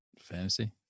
Fantasy